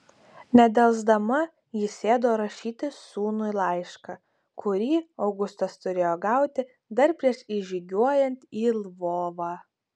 nedelsdama ji sėdo rašyti sūnui laišką kurį augustas turėjo gauti dar prieš įžygiuojant į lvovą